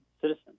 citizen